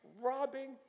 robbing